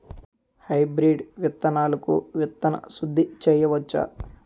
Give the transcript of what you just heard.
Hybrid విత్తనాలకు విత్తన శుద్ది చేయవచ్చ?